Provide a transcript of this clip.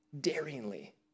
daringly